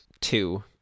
Two